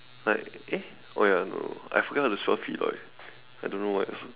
like eh oh ya no I forget how to spell Feloy I don't know why also